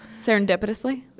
Serendipitously